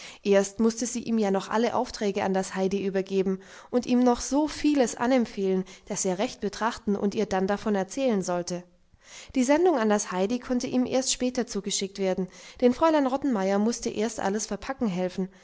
erst mußte sie ihm ja noch alle aufträge an das heidi übergeben und ihm noch so vieles anempfehlen das er recht betrachten und ihr dann davon erzählen sollte die sendung an das heidi konnte ihm erst später zugeschickt werden denn fräulein rottenmeier mußte erst alles verpacken helfen